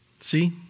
See